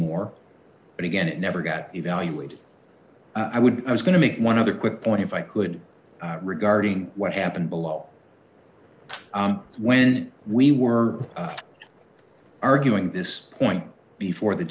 more but again it never got evaluated i would i was going to make one other quick point if i could regarding what happened below when we were arguing this point before the